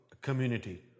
community